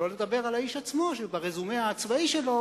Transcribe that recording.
שלא לדבר על האיש עצמו שברזומה הצבאי שלו,